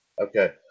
Okay